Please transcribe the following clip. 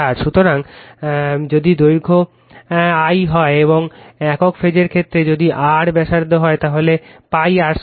সুতরাং যদি দৈর্ঘ্য l হয় এবং একক ফেজের ক্ষেত্রে যদি r ব্যাসার্ধ হয় তাহলে pi r 2 l